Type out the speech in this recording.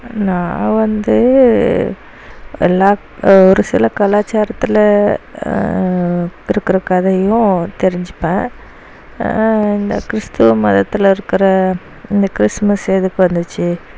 நான் வந்து எல்லாக் ஒரு சில கலாச்சாரத்தில் இருக்கிற கதையும் தெரிஞ்சுப்பேன் இந்த கிறிஸ்துவ மதத்தில் இருக்கிற இந்த கிறிஸ்மஸ் எதுக்கு வந்துச்சு